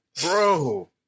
Bro